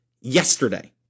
yesterday